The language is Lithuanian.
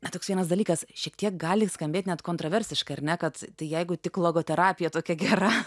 na toks vienas dalykas šiek tiek gali skambėt net kontroversiškai ar ne kad tai jeigu tik logoterapija tokia gera